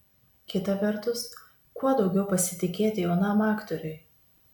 kita vertus kuo daugiau pasitikėti jaunam aktoriui